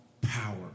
power